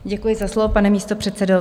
Děkuji za slovo, pane místopředsedo.